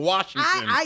Washington